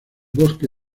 bosque